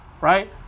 right